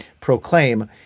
proclaim